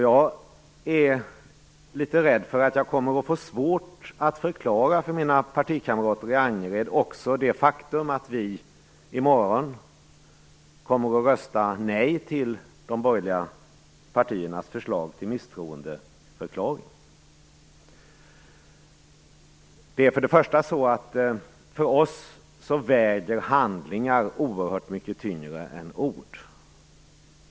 Jag är litet rädd för att jag kommer att få svårt att förklara för mina partikamrater i Angered också det faktum att vi i morgon kommer att rösta nej till de borgerliga partiernas förslag till misstroendeförklaring. Men för oss väger handlingar oerhört mycket tyngre än ord.